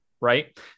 Right